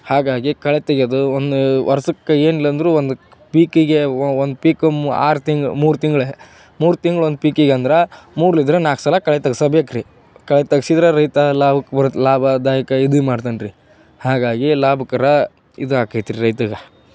ಹಾಗಾಗಿ ಕಳೆ ತೆಗೆಯೋದು ಒಂದು ವರ್ಷಕ್ ಏನಿಲ್ಲ ಅಂದರೂ ಒಂದು ಪೀಕಿಗೆ ಒಂದು ಪೀಕು ಆರು ತಿಂಗ್ಳು ಮೂರು ತಿಂಗ್ಳು ಮೂರು ತಿಂಗ್ಳು ಒಂದು ಪೀಕಿಗೆ ಅಂದ್ರೆ ಮೂರ್ಲಿದ್ರೆ ನಾಲ್ಕು ಸಲ ಕಳೆ ತೆಗ್ಸಬೇಕು ರಿ ಕಳೆ ತೆಗ್ಸಿದ್ರೆ ರೈತ ಲಾಭಕ್ಕೆ ಬರುತ್ತೆ ಲಾಭದಾಯಕ ಇದು ಮಾಡ್ತಾನ್ರಿ ಹಾಗಾಗಿ ಲಾಭಕರ ಇದಾಕೈತೆ ರೈತಗೆ